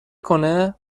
کنه